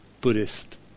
Buddhist